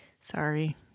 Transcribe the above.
Sorry